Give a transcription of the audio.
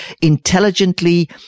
intelligently